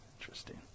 Interesting